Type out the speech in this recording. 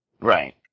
Right